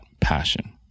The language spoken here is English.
passion